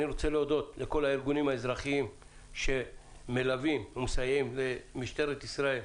אני רוצה להודות לכל הארגונים האזרחיים שמלווים ומסייעים למשטרת ישראל